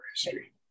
history